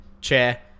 chair